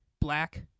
black